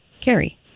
Carrie